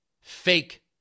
fake